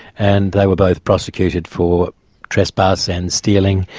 and they were both prosecuted for trespass and stealing,